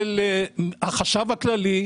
של החשב הכללי,